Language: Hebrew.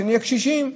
כשנהיה קשישים,